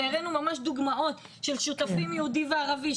והראינו ממש דוגמאות של שותפים יהודי וערבי.